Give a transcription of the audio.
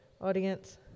audience